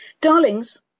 Darlings